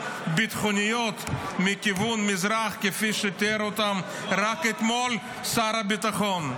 ביטחוניות מכיוון מזרח כפי שתיאר אותן רק אתמול שר הביטחון.